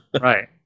Right